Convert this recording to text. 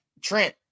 Trent